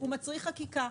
הוא מצריך חקיקה.